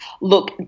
Look